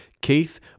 Keith